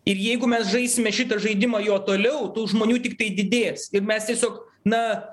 ir jeigu mes žaisime šitą žaidimą jo toliau tų žmonių tiktai didės ir mes tiesiog na